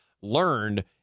learned